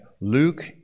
Luke